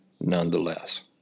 nonetheless